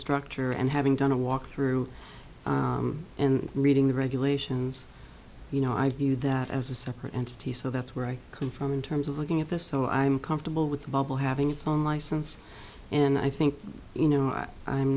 structure and having done a walkthrough and reading the regulations you know i view that as a separate entity so that's where i come from in terms of looking at this so i'm comfortable with the bubble having its own license and i think you know i'm